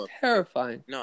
terrifying